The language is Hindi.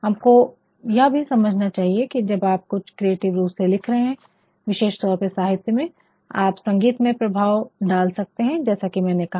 हमको ये भी समझना चाहिए कि जब आप कुछ क्रिएटिव रूप से लिख रहे है विशेष तौर पर साहित्य में आप संगीतमय प्रभाव भी डाल सकते है जैसा कि मैंने कहा